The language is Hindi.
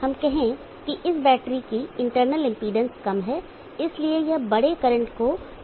आइए हम कहें इस बैटरी की इंटरनल इम्पीडेंस कम है इसलिए यह बड़े करंट को चलाने की कोशिश करेगी